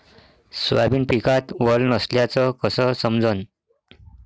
Soybean पिकात वल नसल्याचं कस समजन?